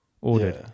Ordered